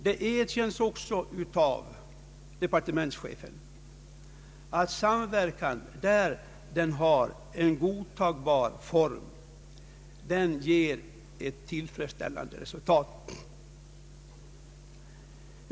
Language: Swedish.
Det erkänns också av departementschefen, att samverkan, där den har en godtagbar form, ger ett tillfredsställande resultat.